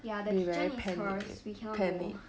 ya the kitchen is hers we cannot go